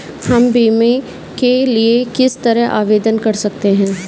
हम बीमे के लिए किस तरह आवेदन कर सकते हैं?